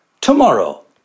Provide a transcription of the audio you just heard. tomorrow